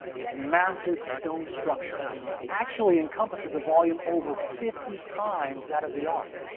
its massive stone structure actually encompasses a volume over fifty times that of the ark.